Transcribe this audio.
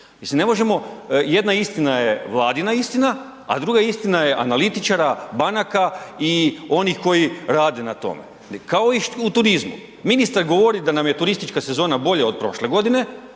jedna istina je vladina istina, a druga istina je analitičara, banaka i onih koji rade na tome. Kao i u turizmu. Ministar govori da nam je turistička sezona bolja od prošle godine,